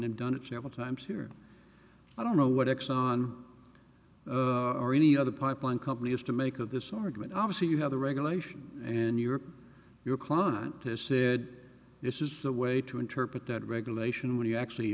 have done it several times here i don't know what exxon or any other pipeline company has to make of this argument obviously you have the regulation and europe your client has said this is the way to interpret that regulation when you actually